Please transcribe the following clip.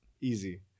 Easy